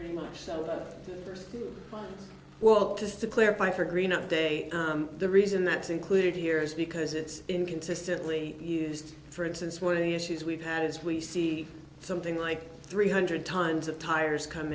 that much so well just to clarify for green update the reason that's included here is because it's inconsistently used for instance one of the issues we've had is we see something like three hundred times of tires come